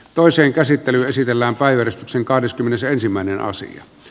toisen käsittely esitellään bayer sen kahdeskymmenesensimmäinen asia